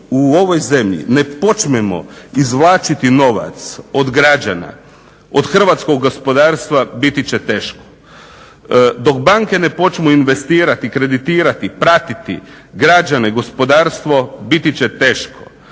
u ovoj zemlji ne počnemo izvlačiti novac od građana, od hrvatskog gospodarstva biti će teško. Dok banke ne počnu investirati, kreditirati, pratiti građane, gospodarstvo biti će teško.